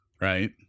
Right